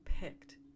picked